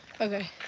Okay